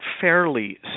fairly